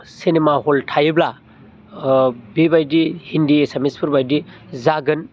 cinema hall थायोब्ला ओ बेबायदि हिन्दी एसामिसफोरबायदि जागोन